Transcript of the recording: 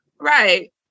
right